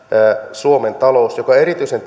suomen talouden mikä on erityisen